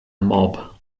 mob